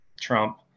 Trump